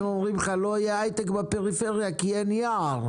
לפעמים אומרים לך שלא יהיה הייטק בפריפריה כי אין יער.